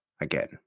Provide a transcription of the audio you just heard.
Again